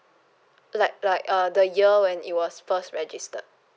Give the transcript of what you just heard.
like like uh the year when it was first registered